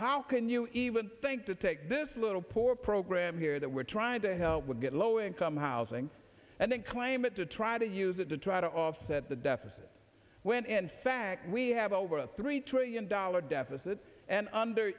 how can you even think to take this little poor program here that we're trying to help with get low income housing and then claim it to try to use it to try to offset the deficit when in fact we have over a three trillion dollar deficit and under